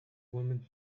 woman